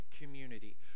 community